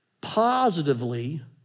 positively